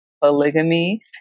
polygamy